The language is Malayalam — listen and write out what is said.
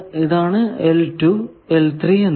ഇതാണ് എന്നിവ